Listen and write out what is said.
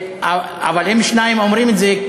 אבל אם שניים אומרים את זה,